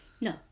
No